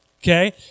Okay